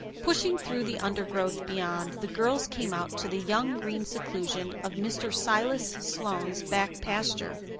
pushing through the undergrowth beyond, the girls came out to the young green seclusion of mr. silas sloane's back pasture.